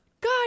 god